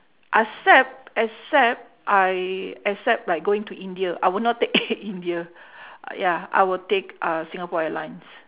except except I except like going to India I will not take air india ya I will take uh singapore airlines